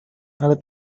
ale